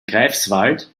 greifswald